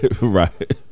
Right